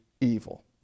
evil